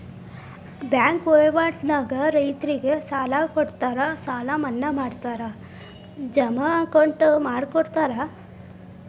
bank ವಹಿವಾಟ ನ್ಯಾಗ ರೈತರಿಗೆ ಸಾಲ ಕೊಡುತ್ತಾರ ಸಾಲ ಮನ್ನಾ ಮಾಡ್ತಾರ ಜಮಾ ಅಕೌಂಟ್ ಮಾಡಿಕೊಡುತ್ತಾರ